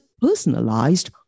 personalized